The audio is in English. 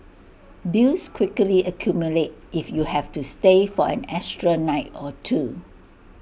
bills quickly accumulate if you have to stay for an extra night or two